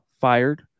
fired